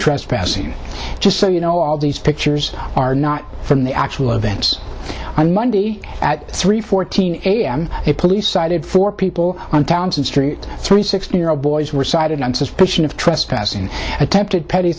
trespassing just so you know all these pictures are not from the actual events on monday at three fourteen a m a police cited for people on towns in street three sixteen year old boys were cited on suspicion of trust passing attempted petty